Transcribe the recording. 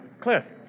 Cliff